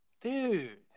dude